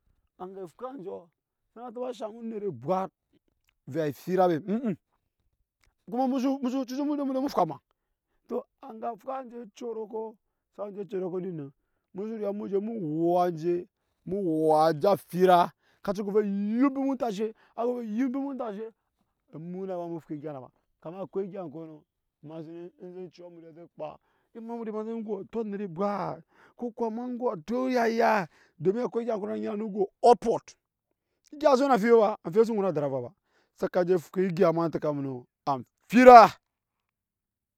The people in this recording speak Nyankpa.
Amɛ fwa andɔɔ sa na taaba shaŋ onet vɛɛ afira be kumamu su cu cu emuda emude fwama to anga fwa anje corokɔ olin nan, musu ya emu te emu wua a enje emu wua'a enje fira ka cin go vɛ yumpi mu ontashea govɛ yumpi mu ontashe emu ne ma emu fwa egyei ne ba amma akwai egye kyɔnɔ ema se ne ema ne zen cu amuje kpaa, ema emades nɛ, ema bɛ engo ato anet ebwaat? O kuwa ema go ato yaya, domin akwai egya enkyɔnɔ na nyina ne ego hot pot egya se we na amfibi ba baa amfibiɛ su nun a dari ava ba saka je fwa egyaa emateka nu no anafira.